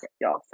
y'all